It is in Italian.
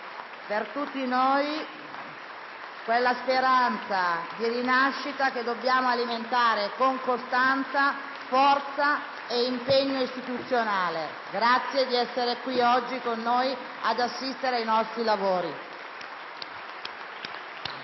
per tutti noi quella speranza di rinascita che dobbiamo alimentare con costanza, forza e impegno istituzionale. Grazie di essere qui oggi con noi ad assistere ai nostri lavori.